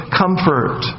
comfort